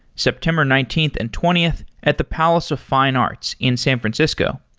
september nineteenth and twentieth at the palace of fine arts in san francisco.